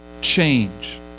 change